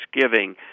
Thanksgiving